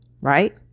right